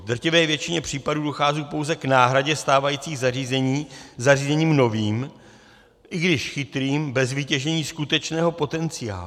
V drtivé většině případů dochází pouze k náhradě stávajících zařízení zařízením novým, i když chytrým, bez vytěžení skutečného potenciálu.